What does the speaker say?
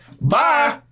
bye